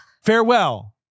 farewell